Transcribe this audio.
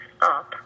up